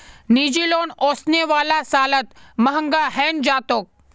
निजी लोन ओसने वाला सालत महंगा हैं जातोक